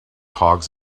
hogs